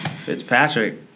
Fitzpatrick